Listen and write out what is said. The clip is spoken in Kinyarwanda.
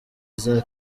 iza